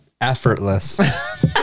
Effortless